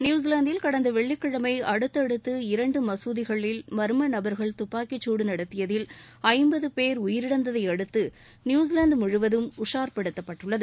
நியூசிலாந்தில் கடந்த வெள்ளிக்கிழனம அடுதடுத்து இரண்டு மசூதிகளில் மா்மநபர்கள் துப்பாக்கிச்குடு நடத்தியதில் ஐம்பது போ் உயிரிழந்ததையடுத்து நியூசிவாந்து முழுவதும் உஷா்படுத்தப்பட்டுள்ளது